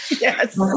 Yes